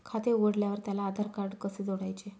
खाते उघडल्यावर त्याला आधारकार्ड कसे जोडायचे?